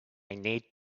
need